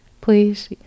Please